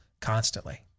constantly